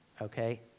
okay